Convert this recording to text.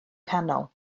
canol